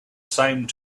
same